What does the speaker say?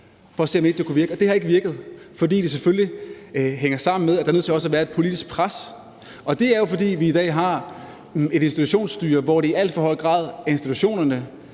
for at se, om ikke det kunne virke. Det har ikke virket, fordi det selvfølgelig hænger sammen med, at der også er nødt til at være et politisk pres. Det er jo, fordi vi i dag har et institutionsstyre, hvor det i alt for høj grad er institutionerne,